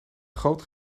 groot